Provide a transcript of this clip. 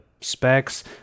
Specs